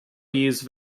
use